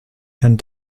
and